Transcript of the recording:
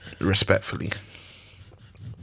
respectfully